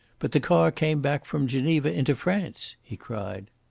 but the car came back from geneva into france! he cried.